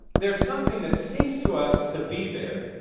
there's something that seems to us to be there.